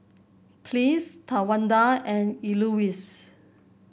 Pleas Tawanda and Elouise